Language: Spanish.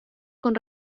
con